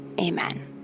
Amen